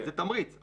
זה תמריץ.